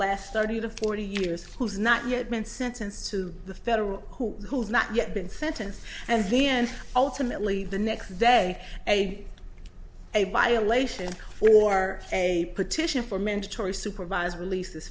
last thirty to forty years who's not yet been sentenced to the federal who who has not yet been sentenced and the end ultimately the next day a a violation or a petition for mandatory supervised release